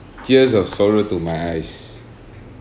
tears of sorrow to my eyes